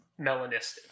melanistic